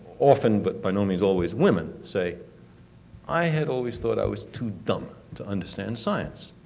often but by no means always, women say i had always thought i was too dumb to understand science.